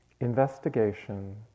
investigation